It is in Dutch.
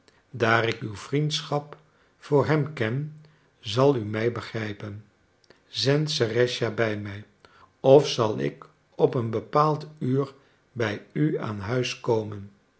daar ik uw vriendschap voor hem ken zal u mij begrijpen zend serëscha bij mij of zal ik op een bepaald uur bij u aan huis komen